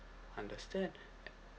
understand